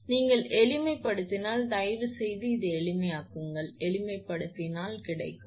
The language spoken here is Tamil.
நீங்கள் எளிமைப்படுத்தினால் தயவுசெய்து இதை எளிமையாக்குங்கள் எளிமைப்படுத்தினால் கிடைக்கும் 1